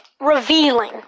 revealing